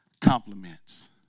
compliments